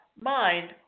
mind